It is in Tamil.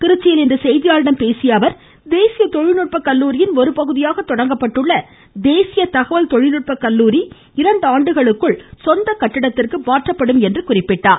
திருச்சியில் இன்று செய்தியாளர்களிடம் பேசிய அவர் தேசிய தொழில்நுட்ப கல்லுாரியின் ஒரு பகுதியாக துவங்கப்பட்டுள்ள தேசிய தகவல் தொழில்நுட்ப கல்லுாரி இரண்டு வருடங்களுக்குள் சொந்த கட்டிடத்திற்கு மாற்றப்படும் என்று கூறினார்